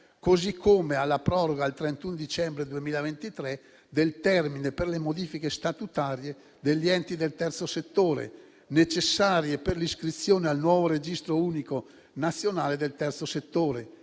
riferisco alla proroga al 31 dicembre 2023 del termine per le modifiche statutarie degli enti del terzo settore, necessarie per l'iscrizione al nuovo registro unico nazionale del terzo settore;